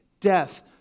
death